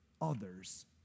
others